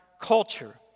culture